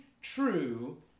true